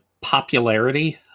popularity